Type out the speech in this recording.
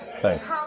Thanks